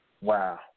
Wow